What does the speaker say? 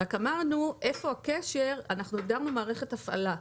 הגדרנו מערכת הפעלה,